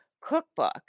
cookbook